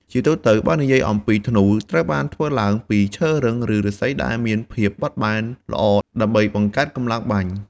ជាទូទៅ បើនិយាយអំពីធ្នូ ត្រូវបានធ្វើឡើងពីឈើរឹង ឬឫស្សីដែលមានភាពបត់បែនល្អដើម្បីបង្កើតកម្លាំងបាញ់។